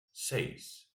seis